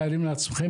אתם מתארים לעצמכם,